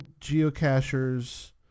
geocachers